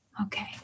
Okay